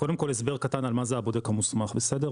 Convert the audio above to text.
קודם כל הסבר קטן על מה זה הבודק המוסמך בסדר?